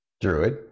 Druid